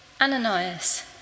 Ananias